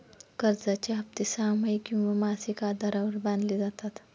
कर्जाचे हप्ते सहामाही किंवा मासिक आधारावर बांधले जातात